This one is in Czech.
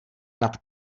nad